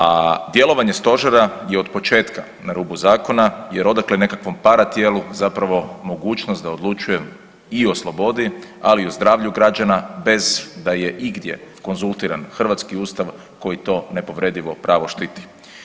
A djelovanje stožera je od početka na rubu zakona jer odakle nekakvom paratijelu zapravo mogućnost da odlučuje i o slobodi, ali i o zdravlju građana bez da je igdje konzultiran hrvatski ustav koji to nepovredivo pravo štiti.